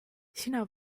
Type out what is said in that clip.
sina